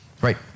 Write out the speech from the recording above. Right